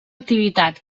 activitat